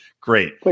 Great